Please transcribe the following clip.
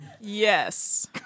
Yes